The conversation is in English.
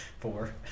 Four